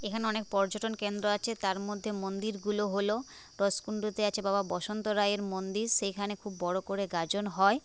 এখানে অনেক পর্যটনকেন্দ্র আছে তার মধ্যে মন্দিরগুলো হলো দশকুন্ডতে আছে বাবা বসন্ত রায়ের মন্দির সেইখানে খুব বড়ো করে গাজন হয়